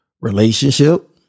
Relationship